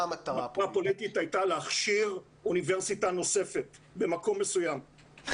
המטרה הפוליטית הייתה להכשיר אוניברסיטה נוספת במקום מסוים.